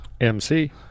MC